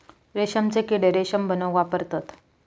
रेशमचे किडे रेशम बनवूक वापरतत